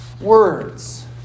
words